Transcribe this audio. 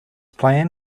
plan